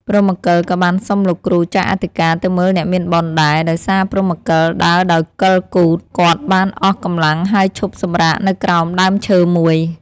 ព្រហ្មកិលក៏បានសុំលោកគ្រូចៅអធិការទៅមើលអ្នកមានបុណ្យដែរ ដោយសារព្រហ្មកិលដើរដោយកិលគូថ គាត់បានអស់កម្លាំងហើយឈប់សម្រាកនៅក្រោមដើមឈើមួយ ។